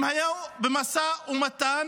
הם היו במשא ומתן,